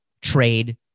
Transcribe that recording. trade